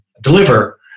deliver